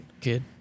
kid